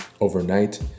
overnight